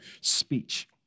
speech